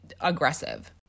aggressive